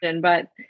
but-